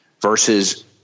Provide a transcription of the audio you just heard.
versus